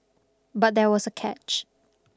but there was a catch